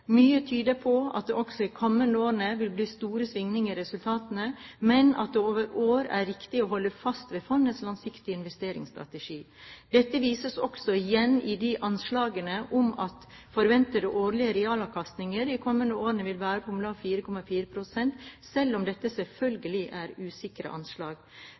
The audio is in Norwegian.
Mye tyder på at det også i de kommende årene vil bli store svingninger i resultatene, men at det over år er riktig å holde fast ved fondets langsiktige investeringsstrategi. Dette vises også igjen i anslagene om at forventede årlige realavkastninger de kommende årene vil være på om lag 4,4 pst., selv om dette selvfølgelig er usikre anslag.